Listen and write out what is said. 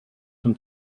zum